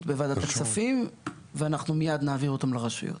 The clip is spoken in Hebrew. בוועדת הכספים ואנחנו מיד נעביר אותם לרשויות.